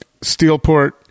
Steelport